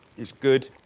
it's good.